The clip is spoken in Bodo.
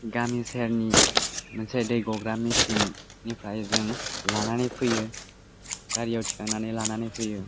गामि सेरनि मोनसे दै गग्रा मेसिननिफ्राय जों लानानै फैयो गारिआव थिखांनानै लानानै फैयो